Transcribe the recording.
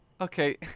Okay